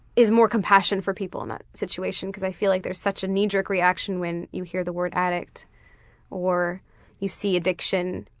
is more compassion for people in that situation. because i feel like there's such a knee-jerk reaction, when you hear the word addict or you see addiction,